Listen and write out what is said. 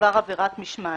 עבר עבירת משמעת: